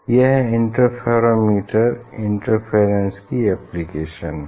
यह interferometer interference की application हैं